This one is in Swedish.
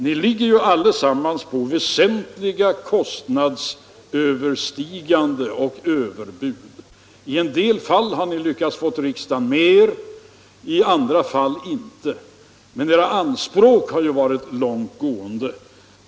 Ni ligger ju allesammans på överbud och överstiger väsentligt kostnadsramarna. I en del fall har ni lyckats få riksdagen med er, i andra fall inte. Men era anspråk har varit långtgående.